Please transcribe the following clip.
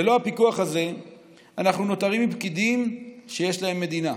ללא הפיקוח הזה אנחנו נותרים עם פקידים שיש להם מדינה,